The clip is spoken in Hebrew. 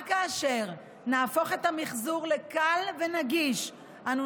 רק כאשר נהפוך את המחזור לקל ונגיש אנו